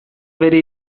bere